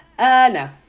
No